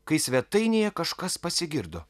kai svetainėje kažkas pasigirdo